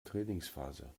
trainingsphase